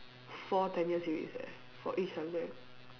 four ten year series eh for each subject